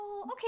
Okay